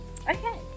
okay